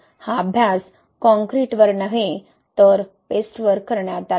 हा अभ्यास काँक्रीटवर नव्हे तर पेस्टवर करण्यात आला